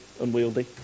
unwieldy